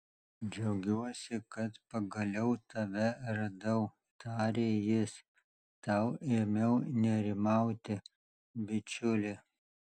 džiaugiuosi kad pagaliau tave radau tarė jis tau ėmiau nerimauti bičiuli